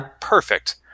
perfect